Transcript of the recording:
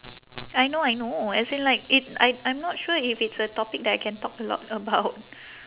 I know I know as in like it I I'm not sure if it's a topic that I can talk a lot about